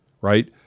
Right